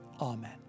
amen